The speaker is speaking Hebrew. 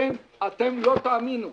אתם לא תאמינו,